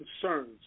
concerns